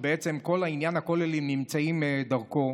שבעצם כל עניין הכוללים נמצא דרכו,